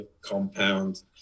Compound